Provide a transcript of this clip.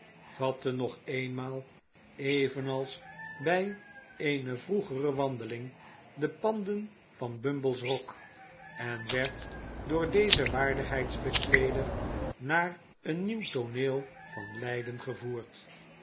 vatte nog eenmaal evenals bij eene vroegere wandeling de panden van bumble's rok en werd door dezen waardigheidsbekleeder naar een nieuw tooneel van lijden gevoerd